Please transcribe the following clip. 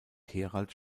herald